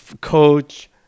Coach